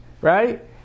right